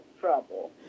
trouble